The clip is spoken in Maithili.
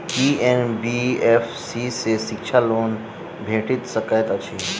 की एन.बी.एफ.सी सँ शिक्षा लोन भेटि सकैत अछि?